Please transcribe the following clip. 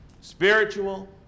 spiritual